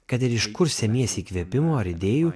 kad ir iš kur semiesi įkvėpimo ar idėjų